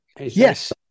yes